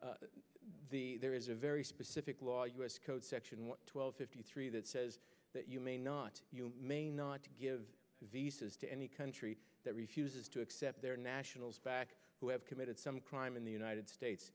crocker there is a very specific law u s code section one twelve fifty three that says that you may not you may not give visas to any country that refuses to accept their nationals back who have committed some crime in the united states